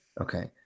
okay